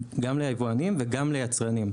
גם ליבואנים וגם ליצרנים.